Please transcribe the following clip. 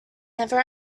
never